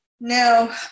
Now